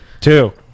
two